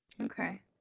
Okay